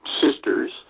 sisters